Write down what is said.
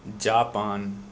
Japan